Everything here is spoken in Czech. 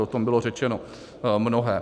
O tom bylo řečeno mnohé.